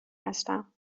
هستم